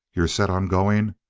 you're set on going?